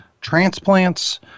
transplants